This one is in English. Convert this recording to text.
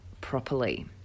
properly